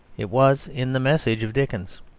it was in the message of dickens.